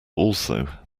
also